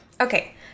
Okay